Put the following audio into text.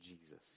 Jesus